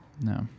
no